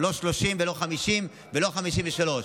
לא 30 ולא 50 ולא 53.